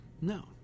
no